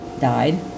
died